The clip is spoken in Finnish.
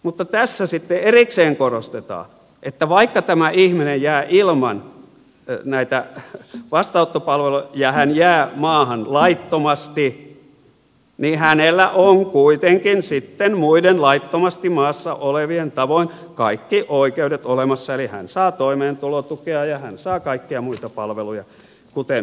mutta tässä sitten erikseen korostetaan että vaikka tämä ihminen jää ilman näitä vastaanottopalveluja ja hän jää maahan laittomasti niin hänellä on kuitenkin sitten muiden laittomasti maassa olevien tavoin kaikki oikeudet olemassa eli hän saa toimeentulotukea ja hän saa kaikkia muita palveluja kuten kuuluukin